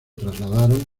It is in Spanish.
trasladaron